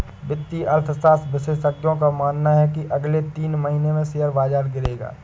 वित्तीय अर्थशास्त्र विशेषज्ञों का मानना है की अगले तीन महीने में शेयर बाजार गिरेगा